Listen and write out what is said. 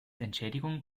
entschädigung